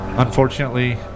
Unfortunately